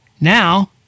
Now